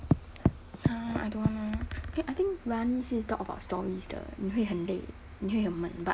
!huh! I don't want ah eh I think rani 是 talk about stories 的你会很累你会很闷 but